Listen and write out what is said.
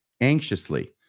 anxiously